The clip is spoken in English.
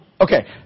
Okay